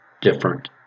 different